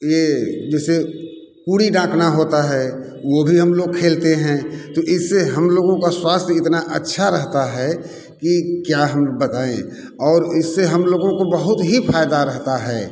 ये जिसे उड़ी डाँकना होता है वो भी हम लोग खेलते हैं तो इससे हम लोगों का स्वास्थ्य इतना अच्छा रहता है कि क्या हम बताएँ और इससे हम लोगों को बहुत ही फायदा रहता है